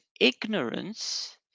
ignorance